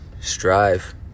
strive